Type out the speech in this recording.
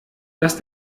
dass